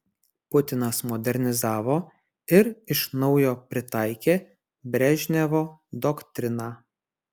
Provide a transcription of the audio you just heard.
putinas modernizavo ir iš naujo pritaikė brežnevo doktriną